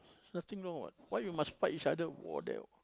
nothing wrong what why you must fight each other war there